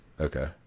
okay